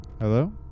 Hello